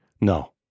No